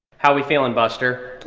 how we feeling, buster?